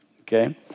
Okay